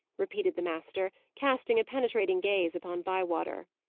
repeated the master, casting a penetrating gaze upon bywater.